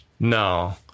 No